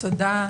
תודה.